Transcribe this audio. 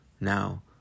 now